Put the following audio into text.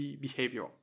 behavior